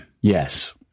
Yes